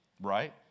Right